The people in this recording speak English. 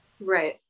Right